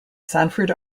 sanford